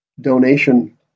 donation